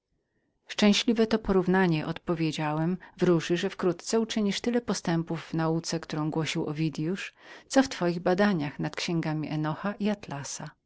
szczęśliwe to porównanie odpowiedziałem wróży że wkrótce uczynisz tyle postępu w nauce której nauczał owidyusz jak w twoich badaniach nad księgami enocha i